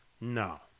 No